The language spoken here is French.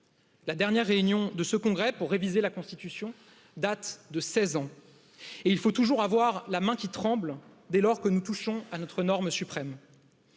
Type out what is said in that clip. La dernière réunion de ce congrès pour réviser la Constitution date de 16 ans et il faut toujours avoir la main qui tremble, dès lors que nous touchons à notre norme suprême.